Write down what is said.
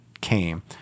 came